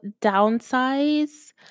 downsize